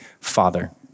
father